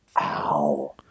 ow